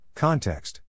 Context